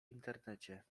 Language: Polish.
internecie